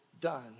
done